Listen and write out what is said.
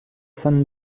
saint